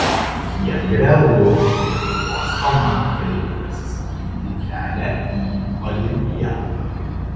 kiek realu lietuvos komandai prasiskinti kelią į olimpiadą